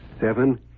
seven